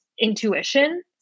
intuition